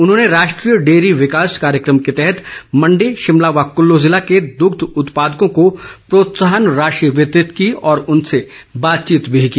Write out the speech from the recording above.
उन्होंने राष्ट्रीय डेयरी विकास कार्यक्रम के तहत मंडी शिमला व कल्लू जिले के दुग्ध उत्पादकों को प्रोत्साहन राशि वितरित की और उनसे बातचीत भी की